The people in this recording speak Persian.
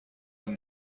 این